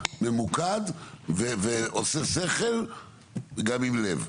ממוקד ועושה שכל גם עם לב.